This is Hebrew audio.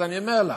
אז אני אומר לך.